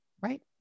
Right